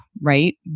right